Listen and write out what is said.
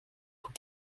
tous